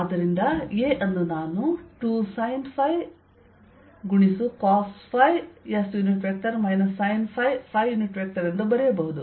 ಆದ್ದರಿಂದ A ಅನ್ನು ನಾನು 2sinϕcosϕs sinϕಎಂದು ಬರೆಯಬಹುದು